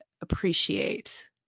appreciate